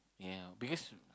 ya because